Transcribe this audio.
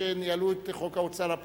של חבר הכנסת מאיר